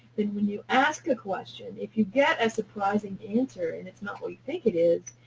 then when you ask a question, if you get a surprising answer and it's not what you think it is,